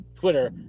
Twitter